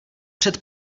před